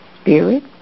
spirit